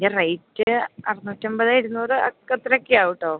അതിൻ്റെ റേറ്റ് അറുന്നൂറ്റി അമ്പത് ഇരുന്നൂറ് അത്രയൊക്കെ ആവും കേട്ടോ